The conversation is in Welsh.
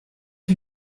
chi